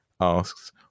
asks